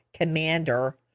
commander